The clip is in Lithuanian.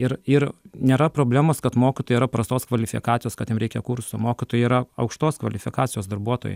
ir ir nėra problemos kad mokytojai yra prastos kvalifikacijos kad jiem reikia kursų mokytojai yra aukštos kvalifikacijos darbuotojai